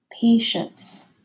patience